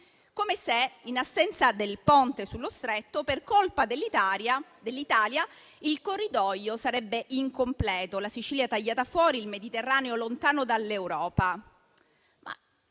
Come se, in assenza del Ponte sullo Stretto, per colpa dell'Italia, il corridoio fosse incompleto, con la Sicilia tagliata fuori e il Mediterraneo lontano dall'Europa.